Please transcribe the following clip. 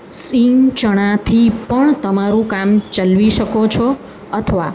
સિંગ ચણાથી પણ તમારું કામ ચલવી શકો છો અથવા